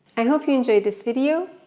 i hope you enjoyed this video,